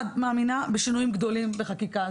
מאמינה בשינויים גדולים בחקיקה.